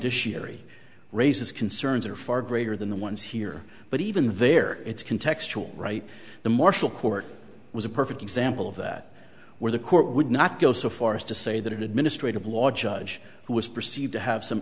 ary raises concerns are far greater than the ones here but even there it's can textural right the marshall court was a perfect example of that where the court would not go so far as to say that an administrative law judge who was perceived to have some